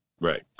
Right